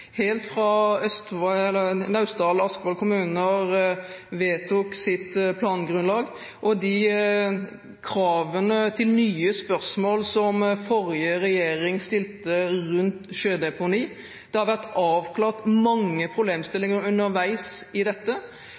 helt fra Naustdal og Askvoll kommuner vedtok sitt plangrunnlag, og de kravene til nye spørsmål som forrige regjering stilte rundt sjødeponi. Det har vært avklart mange problemstillinger underveis i dette.